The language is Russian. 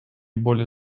более